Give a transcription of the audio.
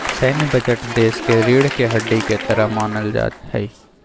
सैन्य बजट देश के रीढ़ के हड्डी के तरह मानल जा हई